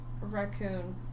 raccoon